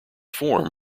form